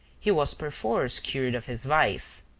he was perforce cured of his vice.